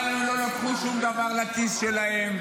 אבל הם לא לקחו שום דבר לכיס שלהם,